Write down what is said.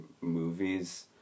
movies